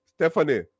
Stephanie